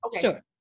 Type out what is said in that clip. Sure